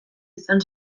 izan